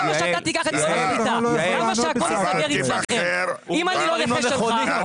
למה שאתה תיקח את כל הקבוצה, אם אני לא נכה שלך?